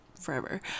forever